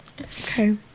okay